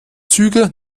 züge